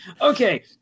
Okay